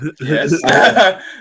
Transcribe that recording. Yes